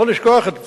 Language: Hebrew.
לא לשכוח את זה.